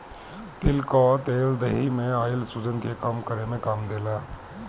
तिल कअ तेल देहि में आइल सुजन के कम करे में काम देला